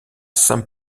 saint